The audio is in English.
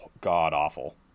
god-awful